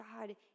God